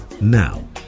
Now